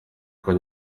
ariko